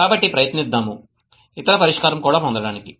కాబట్టి ప్రయత్నిద్దాం ఇతర పరిష్కారం కూడా పొందడానికి